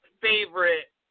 favorite